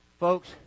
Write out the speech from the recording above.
Folks